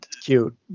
Cute